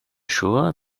sure